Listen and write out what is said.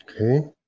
Okay